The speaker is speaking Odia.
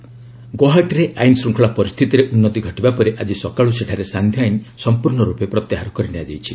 ଆସାମ ସିଚ୍ୟୁଏସନ୍ ଗୌହାଟୀରେ ଆଇନ୍ ଶୃଙ୍ଖଳା ପରିସ୍ଥିତିରେ ଉନ୍ନତି ଘଟିବା ପରେ ଆଜି ସକାଳୁ ସେଠାରୁ ସାନ୍ଧ୍ୟ ଆଇନ୍ ସମ୍ପର୍ଷ ରୂପେ ପ୍ରତ୍ୟାହାର କରିନିଆଯାଇଛି